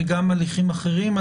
וגם הליכים אחרים?